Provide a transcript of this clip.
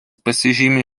pasižymi